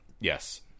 Yes